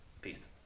Peace